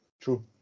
True